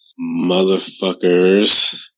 motherfuckers